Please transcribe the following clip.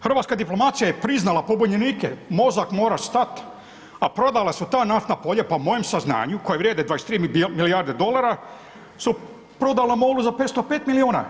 Hrvatska diplomacija je priznala pobunjenike, mozak mora stat, a prodala su te naftna polja, po mojem saznanju koja vrijede 23n milijarde dolara su prodala MOL-u sa 505 milijuna.